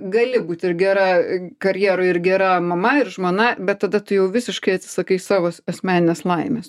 gali būt ir gera karjeroj ir gera mama ir žmona bet tada tu jau visiškai atsisakai savo asmeninės laimės